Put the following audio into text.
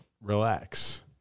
relax